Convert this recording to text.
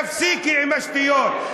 תפסיקי עם השטויות.